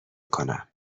کنم